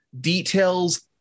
details